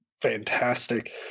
fantastic